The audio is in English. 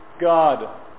God